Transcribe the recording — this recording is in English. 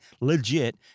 legit